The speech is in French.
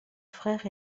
frère